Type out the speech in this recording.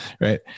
right